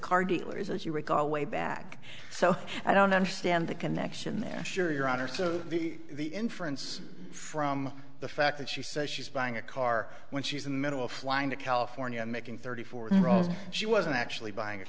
car dealer is as you recall way back so i don't understand the connection asher your honor so the inference from the fact that she says she's buying a car when she's in the middle of flying to california and making thirty four throws she wasn't actually buying a